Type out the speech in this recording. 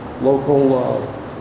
local